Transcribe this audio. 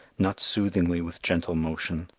not soothingly with gentle motion,